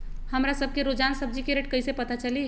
हमरा सब के रोजान सब्जी के रेट कईसे पता चली?